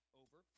over